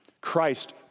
Christ